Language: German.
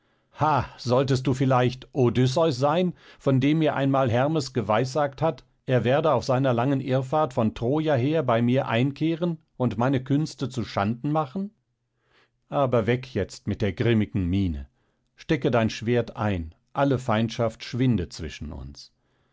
solltest du vielleicht odysseus sein von dem mir einmal hermes geweissagt hat er werde auf seiner langen irrfahrt von troja her bei mir einkehren und meine künste zu schanden machen aber weg jetzt mit der grimmigen miene stecke dein schwert ein alle feindschaft schwinde zwischen uns